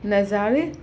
नज़ारे